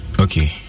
Okay